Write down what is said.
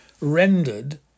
rendered